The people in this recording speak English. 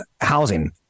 Housing